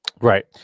Right